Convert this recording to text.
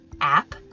app